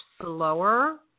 slower